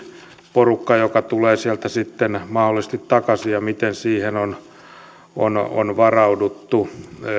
porukka joka tulee sieltä mahdollisesti takaisin miten siihen on on varauduttu